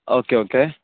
okay okay